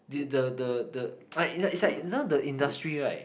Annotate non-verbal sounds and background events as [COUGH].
the the the [NOISE] in some of the industry right